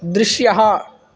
दृश्यः